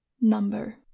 number